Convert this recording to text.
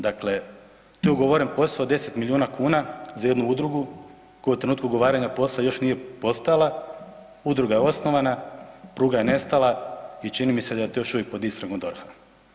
Dakle, tu je ugovoren posao od 10 miliona kuna za jednu udrugu koja u trenutku ugovaranja posla još nije postojala, udruga je osnovana, pruga je nestala i čini mi se da je to još uvijek pod istragom DORH-a.